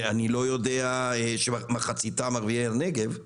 אני לא יודע אם מחציתם ערביי הנגב,